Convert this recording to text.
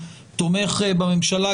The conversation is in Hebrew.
תומך בממשלה,